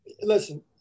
listen